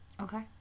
Okay